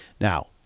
Now